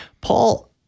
Paul